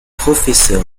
professeur